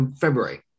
February